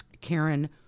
Karen